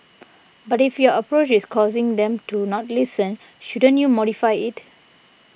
but if your approach is causing them to not listen shouldn't you modify it